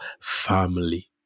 family